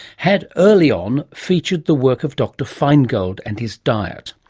had early on featured the work of dr feingold and his diet.